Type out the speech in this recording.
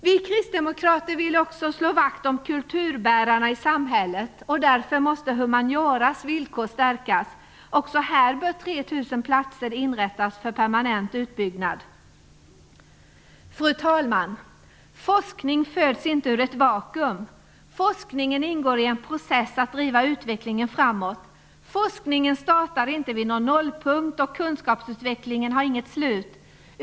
Vi kristdemokrater vill slå vakt om kulturbärarna i samhället. Därför måste humanioras villkor stärkas. Också här bör 3 000 platser inrättas för permanent utbyggnad. Fru talman! Forskning föds inte ur ett vakuum. Forskningen ingår i en process för att driva utvecklingen framåt. Forskningen startar inte vid en nollpunkt, och kunskapsutvecklingen har inget slut.